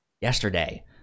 yesterday